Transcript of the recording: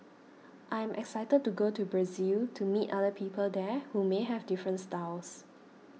I am excited to go to Brazil to meet other people there who may have different styles